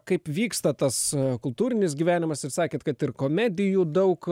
kaip vyksta tas kultūrinis gyvenimas ir sakėt kad ir komedijų daug